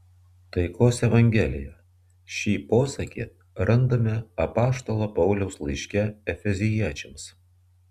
taikos evangelija šį posakį randame apaštalo pauliaus laiške efeziečiams